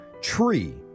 Tree